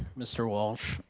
mr. walsh.